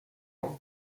hall